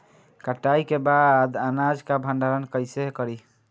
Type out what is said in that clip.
कटाई के बाद अनाज का भंडारण कईसे करीं?